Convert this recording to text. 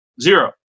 Zero